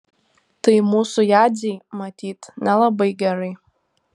tai mūsų jadzei matyt nelabai gerai